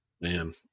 Man